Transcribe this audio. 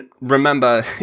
remember